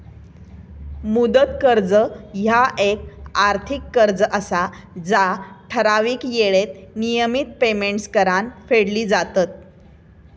मुदत कर्ज ह्या येक आर्थिक कर्ज असा जा ठराविक येळेत नियमित पेमेंट्स करान फेडली जातत